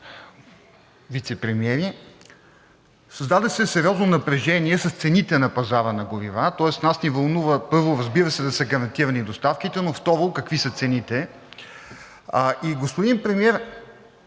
вицепремиери! Създаде се сериозно напрежение с цените на пазара на горива, тоест нас ни вълнува, разбира се, първо, да са гарантирани доставките, но второ, какви са цените. И господин Премиер,